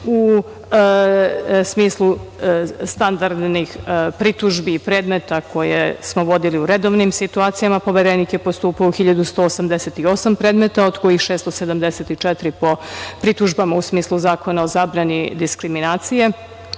smislu standardnih pritužbi i predmeta koje smo vodili u redovnim situacijama, Poverenik je postupao u 1.188 predmeta od kojih 674 po pritužbama u smislu Zakona o zabrani diskriminacije.